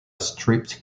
stripped